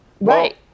right